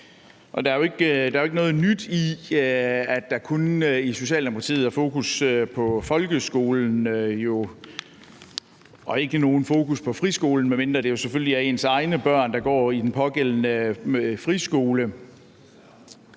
Der er jo ikke noget nyt i, at der i Socialdemokratiet kun er fokus på folkeskolen og ikke nogen fokus på friskolen, medmindre det selvfølgelig er ens egne børn, der går i den pågældende friskole.